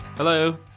Hello